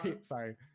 sorry